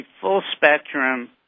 full-spectrum